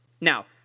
Now